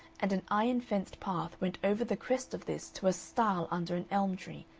and an iron-fenced path went over the crest of this to a stile under an elm-tree,